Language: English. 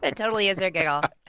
and totally is her giggle